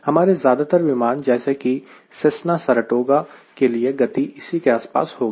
हमारे ज्यादातर विमान जैसे कि सेसना शरतोगा के लिए गति इसी के आसपास होगी